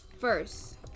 first